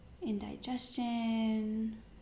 indigestion